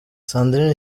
sandrine